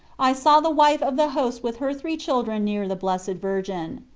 i saw the wife of the host with her three children near the blessed virgin.